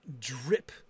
drip